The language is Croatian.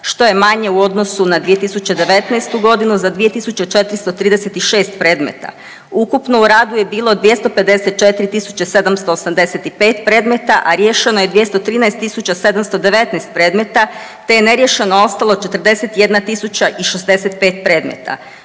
što je manje u odnosu na 2019. g. za 2 436 predmeta. Ukupno u radu je bilo 254 785 predmeta, a riješeno je 213 719 predmeta te je neriješeno ostalo 41 065 predmeta.